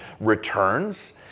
returns